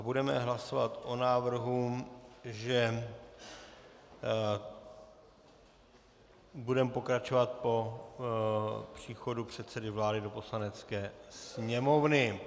Budeme hlasovat o návrhu, že budeme pokračovat po příchodu předsedy vlády do Poslanecké sněmovny.